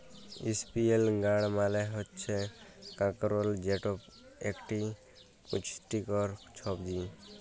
ইসপিলই গাড় মালে হচ্যে কাঁকরোল যেট একট পুচটিকর ছবজি